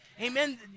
Amen